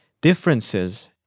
differences